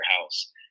house